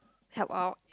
help out